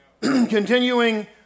Continuing